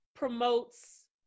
Promotes